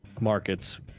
markets